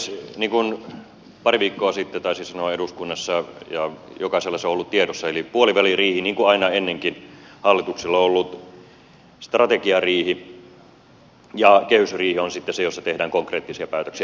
niin kuin pari viikkoa sitten taisin sanoa eduskunnassa ja jokaisella se on ollut tiedossa puoliväliriihi niin kuin aina ennenkin hallituksella on ollut strategiariihi ja kehysriihi on sitten se jossa tehdään konkreettisia päätöksiä